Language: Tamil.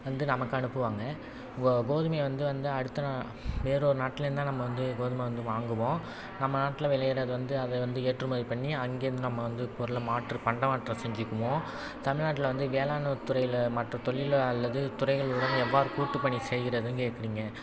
வந்து நமக்கு அனுப்புவாங்க கோதுமையை வந்து வந்து அடுத்த வேறொரு நாட்டுலேருந்துதான் நம்ம வந்து கோதுமை வந்து வாங்குவோம் நம்ம நாட்டில் விளையிறது வந்து அது வந்து ஏற்றுமதி பண்ணி அங்கேருந்து நம்ம வந்து பொருளை மாற்றி பண்டமாற்றம் செஞ்சுக்குவோம் தமிழ்நாட்டில் வந்து வேளாண்மை துறையில் மற்ற தொழில அல்லது துறைகள் வந்து எவ்வாறு கூட்டு பணி செய்கிறதுனு கேக்குறீங்க